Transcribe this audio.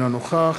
אינו נוכח